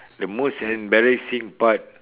the most embarrassing part